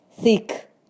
thick